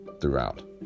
Throughout